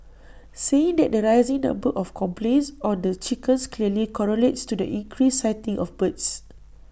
saying that the rising number of complaints on the chickens clearly correlates to the increased sighting of birds